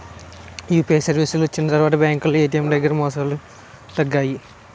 UPI సర్వీసులు వచ్చిన తర్వాత బ్యాంకులో ఏటీఎం దగ్గర మోసాలు తగ్గాయి